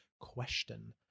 question